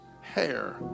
hair